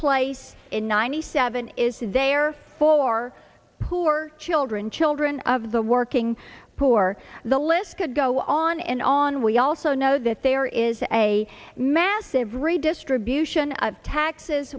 place in ninety seven is that they are for poor children children of the working poor the list could go on and on we also know that there is a massive redistribution of taxes